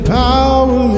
power